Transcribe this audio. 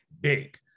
big